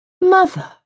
Mother